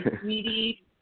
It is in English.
sweetie